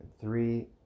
Three